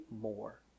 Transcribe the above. more